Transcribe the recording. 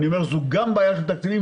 זו גם בעיה של תקציבים,